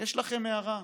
יש לכם הארה,